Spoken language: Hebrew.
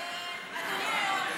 אדוני היו"ר,